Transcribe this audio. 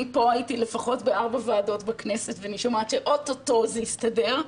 הייתי פה לפחות בארבע ועדות בכנסת ואני שומעת שאו-טו-טו זה יסתדר,